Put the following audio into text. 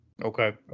Okay